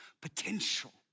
potential